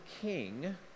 King